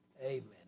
Amen